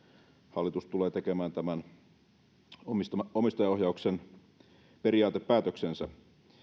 hallitus tulee tekemään tämän omistajaohjauksen periaatepäätöksensä